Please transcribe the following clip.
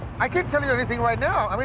i can't tell you anything right now. i mean